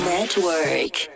Network